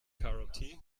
karate